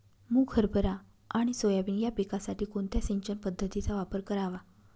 मुग, हरभरा आणि सोयाबीन या पिकासाठी कोणत्या सिंचन पद्धतीचा वापर करावा?